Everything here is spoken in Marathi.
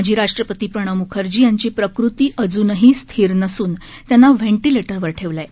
माजी राष्ट्रपती प्रणव मुखर्जी यांची प्रकृती अजूनही स्थिर नसून त्यांना व्हेंटिलेटरवर ठेवलं आहे